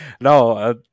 No